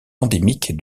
endémique